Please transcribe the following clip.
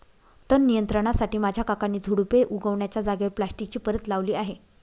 तण नियंत्रणासाठी माझ्या काकांनी झुडुपे उगण्याच्या जागेवर प्लास्टिकची परत लावली आहे